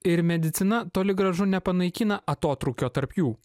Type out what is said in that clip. ir medicina toli gražu nepanaikina atotrūkio tarp jų